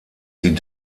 die